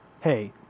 Hey